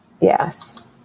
Yes